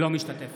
אינו משתתף